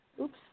Oops